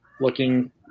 looking